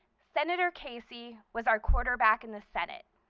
senator casey was our quarterback in the senate.